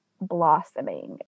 blossoming